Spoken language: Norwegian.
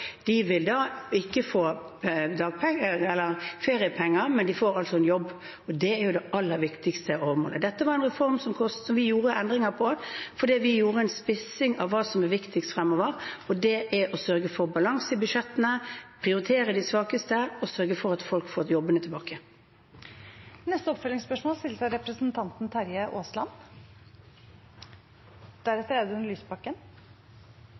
vil da ikke få feriepenger, men de får altså en jobb, og det er jo det aller viktigste. Dette var en reform som vi gjorde endringer på, fordi vi gjorde en spissing av hva som er viktigst fremover. Det er å sørge for balanse i budsjettene, prioritere de svakeste og sørge for at folk får jobbene tilbake. Terje Aasland – til oppfølgingsspørsmål. Statsministeren prøver å gi et inntrykk av